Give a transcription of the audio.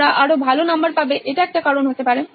তারা আরো ভালো নাম্বার পাবে এটা একটা কারণ হতে পারে